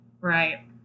right